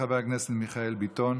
חבר הכנסת מיכאל ביטון,